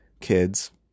kids